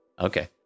Okay